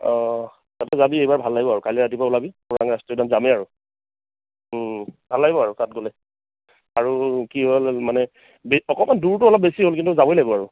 অঁ তইতো যাবি এইবাৰ ভাল লাগিব আৰু কাইলে ৰাতিপুৱাই ওলাবি ওৰাং ৰাষ্ট্ৰীয় উদ্যান যামেই আৰু ভাল লাগিব আৰু তাত গ'লে আৰু কি হ'ল মানে বে অকমান দূৰটো অলপ বেছি হ'ল কিন্তু যাবই লাগিব আৰু